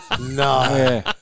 No